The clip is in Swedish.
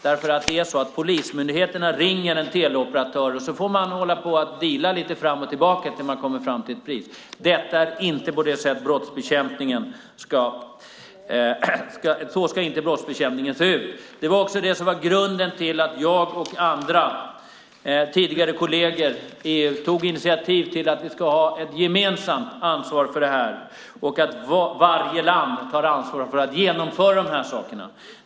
I dag är det så att polismyndigheterna ringer en teleoperatör, och sedan får man deala lite fram och tillbaka tills man kommer fram till ett pris. Så ska inte brottsbekämpningen se ut. Det var också grunden till att jag och andra tidigare kolleger i EU tog initiativ till att vi ska ha ett gemensamt ansvar för det här och att varje land tar ansvar för att genomföra de här sakerna.